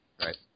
Right